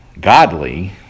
godly